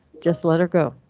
just let her go.